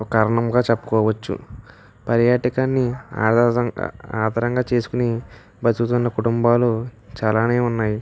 ఒక కారణంగా చెప్పుకోవచ్చు పర్యాటకాన్ని ఆధారంగా చేసుకుని బ్రతుకుతున్న కుటుంబాలు చాలానే ఉన్నాయి